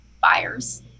buyers